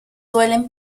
suelen